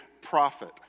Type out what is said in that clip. prophet